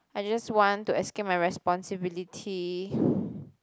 I just want to escape my responsibility